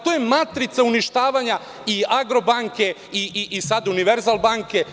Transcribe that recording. To je matrica uništavanja i „Agrobanke“ i sada „Univerzal banke“